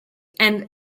and